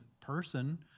person